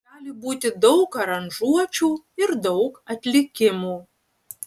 gali būti daug aranžuočių ir daug atlikimų